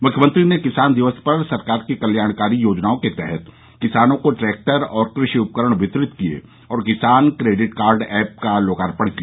मृख्यमंत्री ने किसान दिवस पर सरकार की कल्याणकारी योजनाओं के तहत किसानों को ट्रैक्टर और कृषि उपकरण वितरित किये और किसान क्रेडिट कार्ड ऐप का लोकार्पण किया